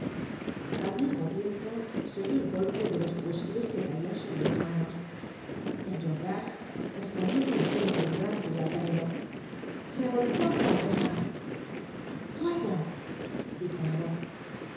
al mismo tiempo se oyó el golpe de los fusiles que caian sobre las ma nos enjolras respondió con acento vibrante y altanero revolucion francesa fuego dijo la voz un